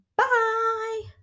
bye